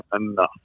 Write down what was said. enough